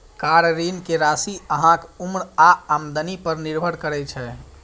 car ऋण के राशि अहांक उम्र आ आमदनी पर निर्भर करै छै